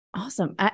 Awesome